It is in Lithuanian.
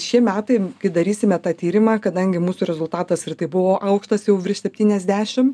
šie metai kai darysime tą tyrimą kadangi mūsų rezultatas ir tai buvo aukštas jau virš septyniasdešim